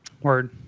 Word